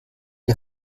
die